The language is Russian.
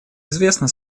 известна